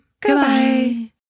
Goodbye